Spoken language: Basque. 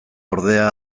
ordea